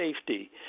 safety